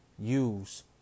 Use